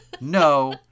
No